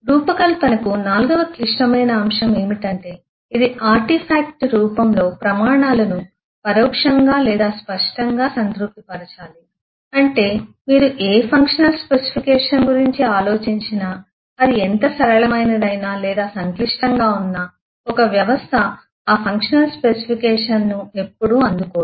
రూపకల్పనకు నాల్గవ క్లిష్టమైన అంశం ఏమిటంటే ఇది ఆర్టిఫాక్ట్ రూపంలో ప్రమాణాలను పరోక్షంగా లేదా స్పష్టంగా సంతృప్తి పరచాలి అంటే మీరు ఏ ఫంక్షనల్ స్పెసిఫికేషన్ గురించి ఆలోచించినా అది ఎంత సరళమైనది అయినా లేదా సంక్లిష్టంగా ఉన్నా ఒక వ్యవస్థ ఆ ఫంక్షనల్ స్పెసిఫికేషన్ను ఎప్పుడూ అందుకోదు